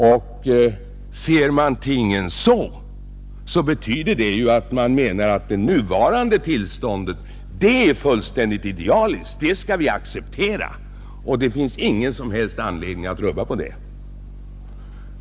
Den som ser tingen så anser tydligen att det nuvarande tillståndet är fullständigt idealiskt och bör accepteras och att det inte finns någon som helst anledning att rubba på det.